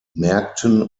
märkten